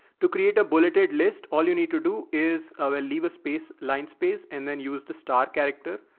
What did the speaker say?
to create a bulleted list. all you need to do is ah leave a space line space, and then use the star character.